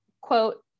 quote